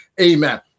Amen